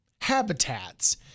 habitats